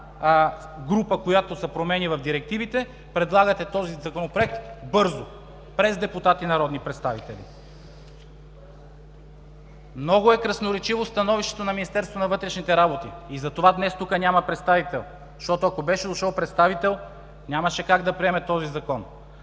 група, която се промени в директивите, предлагате този Законопроект – бързо, през депутати, народни представители? Много е красноречиво становището на Министерството на вътрешните работи и затова днес тук няма представител. Ако беше дошъл представител, нямаше как да приеме този Закон.